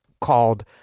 called